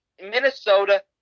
Minnesota